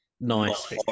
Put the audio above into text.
nice